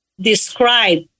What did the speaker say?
describe